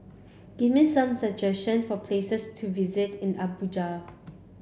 give me some suggestion for places to visit in Abuja